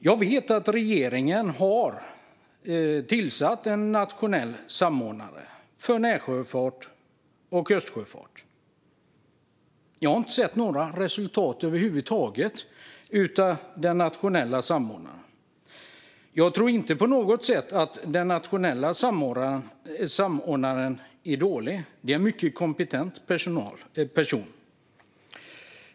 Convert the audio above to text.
Jag vet att regeringen har tillsatt en nationell samordnare för närsjöfart och kustsjöfart. Jag har inte sett några resultat över huvud taget från den nationella samordnaren. Jag tror inte på något sätt att den nationella samordnaren är dålig; det är en mycket kompetent person.